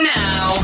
now